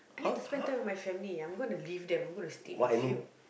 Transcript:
I need to spend time with my family I'm gonna leave them I'm gonna stay with you